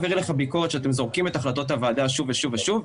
כשאני מעביר עליכם ביקורת שאתם זורקים את החלטות הוועדה שוב ושוב ושוב,